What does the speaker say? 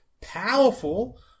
powerful